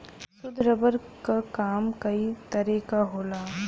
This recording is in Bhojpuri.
शुद्ध रबर क काम कई तरे क होला